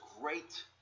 great